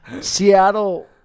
Seattle